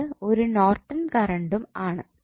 ഇത് ഒരു നോർട്ടൺ കറണ്ടും ആണ്